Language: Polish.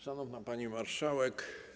Szanowna Pani Marszałek!